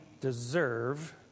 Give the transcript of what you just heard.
deserve